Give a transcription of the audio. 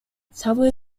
cały